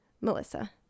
Melissa